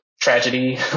tragedy